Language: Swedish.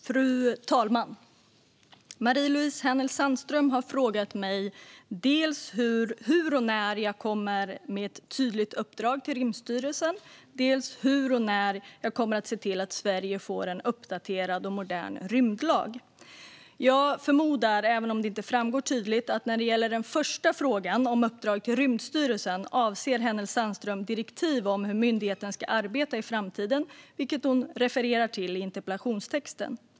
Fru talman! Marie-Louise Hänel Sandström har frågat mig dels hur och när jag kommer att komma med ett tydligt uppdrag till Rymdstyrelsen, dels hur och när jag kommer att se till att Sverige får en modern och uppdaterad rymdlag. Jag förmodar, även om det inte framgår tydligt, att när det gäller den första frågan om uppdrag till Rymdstyrelsen avser Hänel Sandström direktiv om hur myndigheten ska arbeta i framtiden, vilket hon refererar till i interpellationstexten.